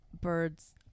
birds